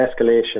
escalation